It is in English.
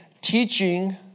teaching